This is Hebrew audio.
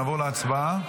נעבור להצבעה.